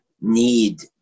need